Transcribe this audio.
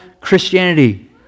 Christianity